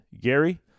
Gary